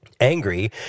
Angry